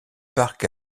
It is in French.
parc